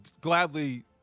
gladly